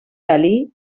galí